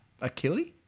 Achilles